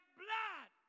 blood